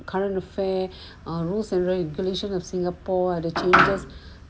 current affair or rules and regulation of singapore or the changes